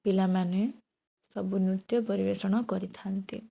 ପିଲାମାନେ ସବୁ ନୃତ୍ୟ ପରିବେଷଣ କରିଥାନ୍ତି